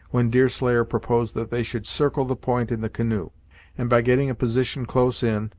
when deerslayer proposed that they should circle the point in the canoe and by getting a position close in,